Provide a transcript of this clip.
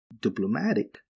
diplomatic